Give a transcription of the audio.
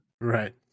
right